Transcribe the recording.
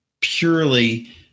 purely –